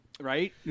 Right